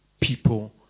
people